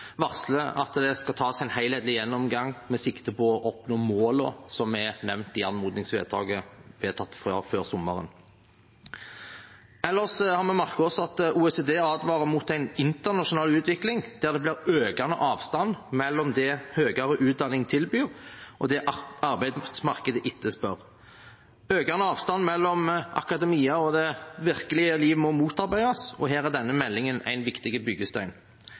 at i styringsmeldingen varsles det at det skal tas en helhetlig gjennomgang med sikte på å oppnå målene som er nevnt i anmodningsvedtaket som ble vedtatt før sommeren. Ellers har vi merket oss at OECD advarer mot en internasjonal utvikling, der det blir økende avstand mellom det høyere utdanning tilbyr, og det arbeidsmarkedet etterspør. Økende avstand mellom akademia og det virkelige liv må motarbeides, og her er denne meldingen en viktig byggestein.